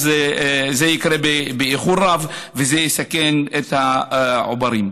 זה יקרה באיחור רב וזה יסכן את העוברים.